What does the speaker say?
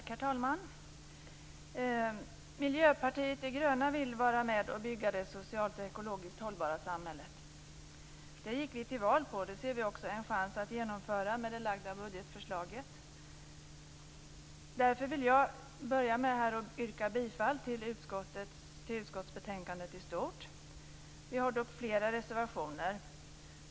Herr talman! Miljöpartiet de gröna vill vara med och bygga det socialt och ekologiskt hållbara samhället. Det gick vi till val på, och det ser vi också en chans att genomföra med det framlagda budgetförslaget. Därför vill jag börja med att yrka bifall till utskottets hemställan i stort. Vi har dock flera reservationer.